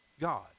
God